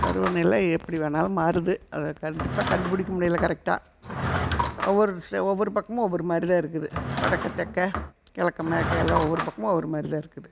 பருவநிலை எப்படி வேணாலும் மாறுது அதை கண்டிப்பாக கண்டுப்பிடிக்க முடியல கரெக்டாக ஒவ்வொரு விஷ் ஒவ்வொரு பக்கமும் ஒவ்வொரு மாதிரிதான் இருக்குது வடக்க தெற்க கிழக்க மேற்க எல்லாம் ஒவ்வொரு பக்கமும் ஒவ்வொரு மாதிரிதான் இருக்குது